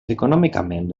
econòmicament